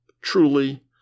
truly